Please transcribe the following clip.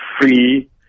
free